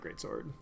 Greatsword